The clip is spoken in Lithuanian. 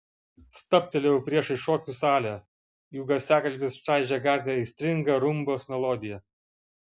stabtelėjau priešais šokių salę jų garsiakalbis čaižė gatvę aistringa rumbos melodija